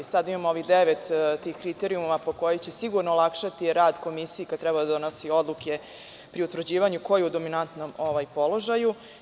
Sada imamo ovih devet kriterijuma za koje se nadamo da će sigurno olakšati rad komisiji kada treba da donosi odluke pri utvrđivanju ko je u dominantnom položaju.